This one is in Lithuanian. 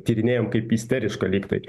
tyrinėjam kaip isterišką lygtai